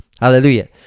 Hallelujah